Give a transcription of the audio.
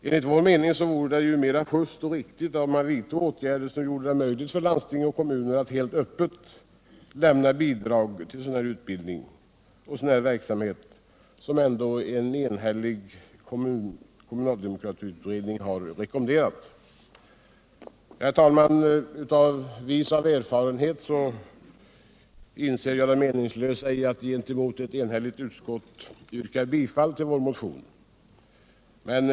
Enligt vår mening vore det mera just och riktigt att vidta åtgärder som gör det möjligt för landsting och kommuner att helt öppet lämna bidrag till utbildningsverksamhet av det slag som en enhällig kommunaldemokratiutredning har rekommenderat. Herr talman! Vis av erfarenheten inser jag det meningslösa i att gentemot ett enhälligt utskott yrka bifall till vår motion.